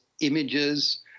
images